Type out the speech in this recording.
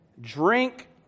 drink